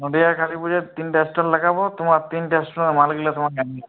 নদীয়ার কালী পুজোয় তিনটে স্টল লাগাবো তোমার তিনটে স্টলের মালগুলো তোমাকে এনে দিতে হবে